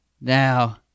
now